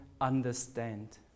understand